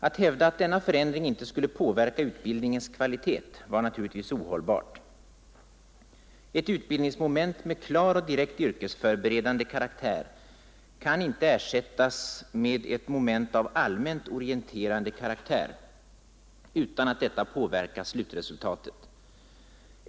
Att hävda att denna förändring inte skulle påverka utbildningens kvalitet var naturligtvis ohållbart. Ett utbildningsmoment med klar och direkt yrkesförberedande karaktär kan inte ersättas med ett moment av allmänt orienterande karaktär utan att detta påverkar slutresultatet.